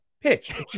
pitch